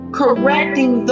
correcting